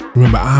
Remember